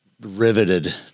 riveted